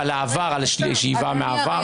על שאיבה מהעבר?